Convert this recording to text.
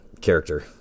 character